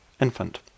infant